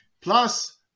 plus